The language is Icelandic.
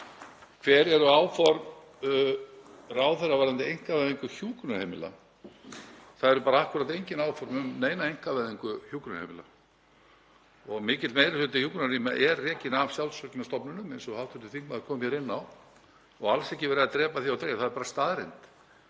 Hver eru áform ráðherra varðandi einkavæðingu hjúkrunarheimila? Það eru bara akkúrat engin áform um einkavæðingu hjúkrunarheimila. Mikill meiri hluti hjúkrunarrýma er rekinn af sjálfseignarstofnunum, eins og hv. þingmaður kom inn á, og alls ekki verið að drepa því á dreif, það er bara staðreynd.